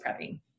prepping